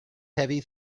heavy